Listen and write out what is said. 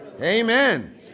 Amen